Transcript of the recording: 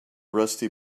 rusty